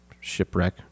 shipwreck